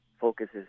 focuses